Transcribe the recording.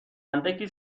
اندکی